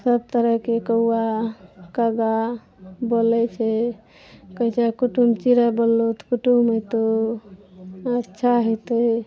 सब तरह के कौआ कागा बोलै छै कहै छै कुटुम चिड़ै बोललौ तऽ कुटुम अयतौ अच्छा हेतै